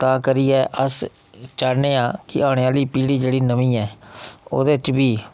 तां करियै अस चाह्न्ने आं कि औने आह्ली पीढ़ी जेह्ड़ी नमीं ऐ ओह्दे च बी